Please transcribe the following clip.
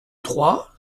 trois